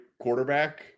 quarterback